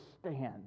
stand